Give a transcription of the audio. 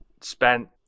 spent